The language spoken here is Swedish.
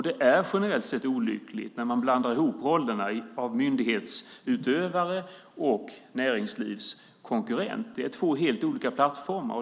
Det är generellt sett olyckligt när man blandar ihop rollerna som myndighetsutövare och som näringslivskonkurrent. Det är två helt olika plattformar.